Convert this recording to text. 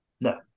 No